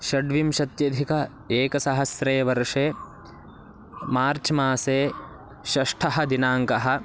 षड्विंशत्यधिक एकसहस्रे वर्षे मार्च् मासे षष्ठमदिनाङ्कः